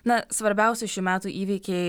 na svarbiausi šių metų įvykiai